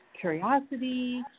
curiosity